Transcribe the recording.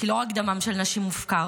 כי לא רק דמן של נשים מופקר,